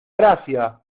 gracia